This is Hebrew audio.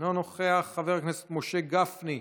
אינו נוכח, חבר הכנסת יעקב מרגי,